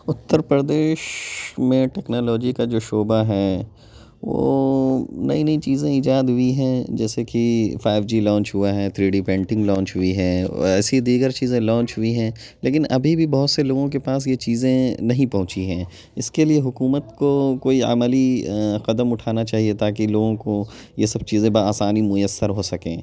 اتر پردیش میں ٹیکنالوجی کا جو شعبہ ہے وہ نئی نئی چیزیں ایجاد ہوئی ہیں جیسے کہ فائیو جی لانچ ہوا ہے تھری ڈی پینٹنگ لانچ ہوئی ہے اور ایسی دیگر چیزیں لانچ ہوئی ہیں لیکن ابھی بھی بہت سے لوگوں کے پاس یہ چیزیں نہیں پہنچی ہیں اس کے لیے حکومت کو کوئی عملی قدم اٹھانا چاہیے تاکہ لوگوں کو یہ سب چیزیں بآسانی میسر ہو سکیں